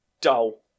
dull